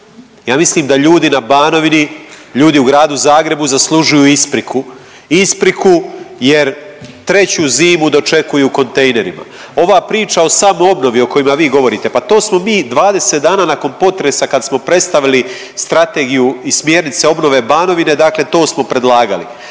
Ja mislim da ljudi na Banovini, ljudi u Gradu Zagrebu zaslužuju ispriku. Ispriku jer treću zimu dočekuju u kontejnerima. Ova priča o samoobnovi o kojima vi govorite, pa to smo mi 20 dana nakon potresa kad smo predstavili strategiju i smjernice obnove Banovine, dakle to smo predlagali.